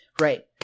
right